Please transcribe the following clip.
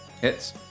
Hits